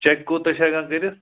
check کوٗتاہ چھِ ہٮ۪کان کٔرِتھ